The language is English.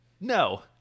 no